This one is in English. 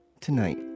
tonight